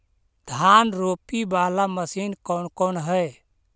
धान रोपी बाला मशिन कौन कौन है?